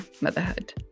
motherhood